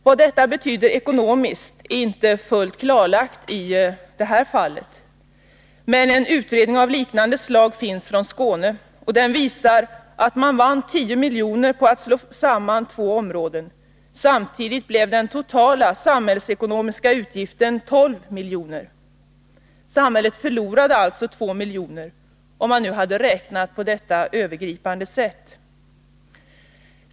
Vad detta betyder ekonomiskt är inte fullt klarlagt i det här fallet — men en utredning om en lösning av liknande slag finns från Skåne. Den visar att man vann 10 miljoner på att slå samman två områden. Samtidigt blev den totala samhällsekonomiska utgiften 12 miljoner. Samhället förlorade alltså 2 miljoner — om man nu räknar på ett övergripande sätt.